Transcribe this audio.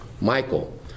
Michael